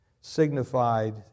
signified